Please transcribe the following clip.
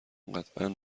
قطعا